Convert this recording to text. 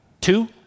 two